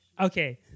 Okay